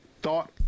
thought